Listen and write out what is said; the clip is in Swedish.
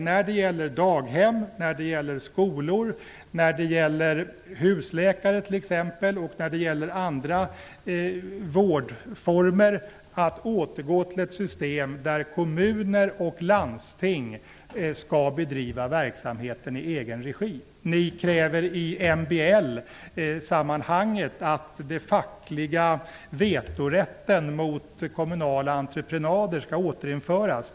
När det gäller daghem, skolor, husläkare och andra vårdformer är ni på väg att återgå till ett system där kommuner och landsting skall bedriva verksamheten i egen regi. I MBL-sammanhang kräver ni att den fackliga vetorätten mot kommunala entreprenader skall återinföras.